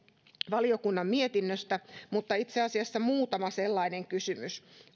valiokunnan mietinnöstä mutta muutama kysymys